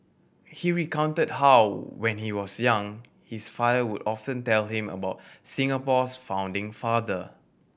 he recounted how when he was young his father would often tell him about Singapore's founding father